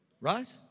Right